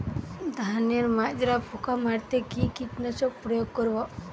ধানের মাজরা পোকা মারতে কি কীটনাশক প্রয়োগ করব?